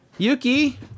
Yuki